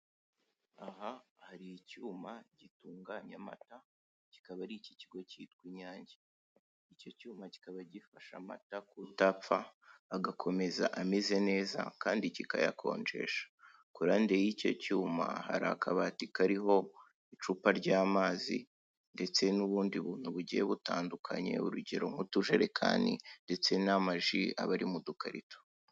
Aha hari icyuma gitunganya amata kikaba ari ik'ikigo kitwa inyange icyo cyuma kikaba gifasha amata kudapfa agakomeza ameze neza kandi kikayakonjesha, ku ruhande y'icyo cyuma hari akabati kariho icupa ry'amazi ndetse n'ubundi buntu bugiye butandukanye urugero nk'utujerekani ndetse n'amaji aba ari mu dukarito.